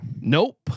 Nope